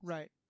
Right